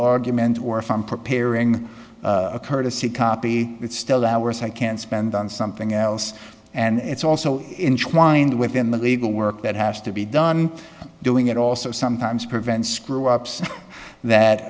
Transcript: argument or if i'm preparing a courtesy copy it's still hours i can spend on something else and it's also whined within the legal work that has to be done doing it also sometimes prevent screw